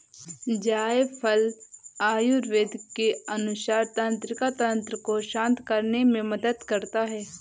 जायफल आयुर्वेद के अनुसार तंत्रिका तंत्र को शांत करने में मदद करता है